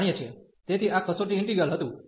તેથી આ કસોટી ઈન્ટિગ્રલ હતું